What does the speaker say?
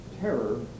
terror